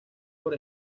por